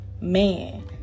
Man